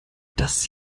dass